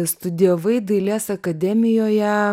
studijavai dailės akademijoje